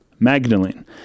Magdalene